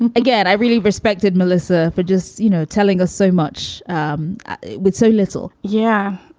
and again, i really respected melissa for just, you know, telling us so much um with so little. yeah,